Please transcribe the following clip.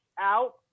out